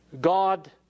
God